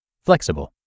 flexible